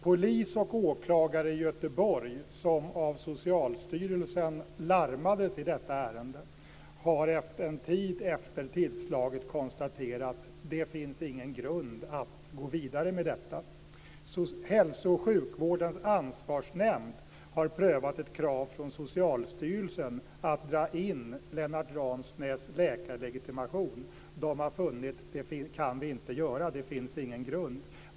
Polis och åklagare i Göteborg, som larmades av Socialstyrelsen i detta ärende, har en tid efter tillslaget konstaterat att det inte finns någon grund för att gå vidare med detta. Hälso och sjukvårdens ansvarsnämnd har prövat ett krav från Socialstyrelsen att dra in Lennart Ransnäs läkarlegitimation. Man har funnit att man inte kan göra det. Det finns ingen grund för det.